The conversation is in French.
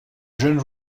jeune